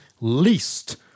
least